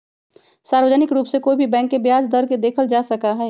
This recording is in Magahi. सार्वजनिक रूप से कोई भी बैंक के ब्याज दर के देखल जा सका हई